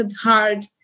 hard